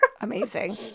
Amazing